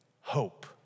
hope